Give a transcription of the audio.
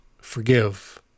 Forgive